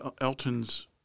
Elton's